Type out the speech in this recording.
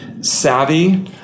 savvy